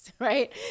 right